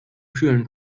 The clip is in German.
kühlen